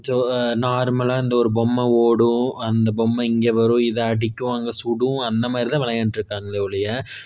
so நார்மலாக இந்த ஒரு பொம்மை ஓடும் அந்த பொம்மை இங்கே வரும் இதை அடிக்கும் அங்கே சுடும் அந்தமாதிரி தான் விளையாண்ட்டு இருக்காங்களே ஒழிய